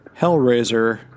Hellraiser